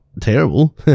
terrible